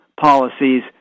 policies